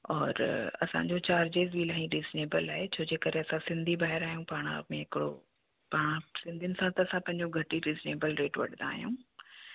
और असांजो चार्जिस बि इलाही रीजनेबिल आहे छो जे करे असां सिंधी भायर आहियूं पाण में हिकिड़ो पाण सिंधियुनि सां त असां पंहिंजो घटि ई रीजनेबिल रेट वठंदा आहियूं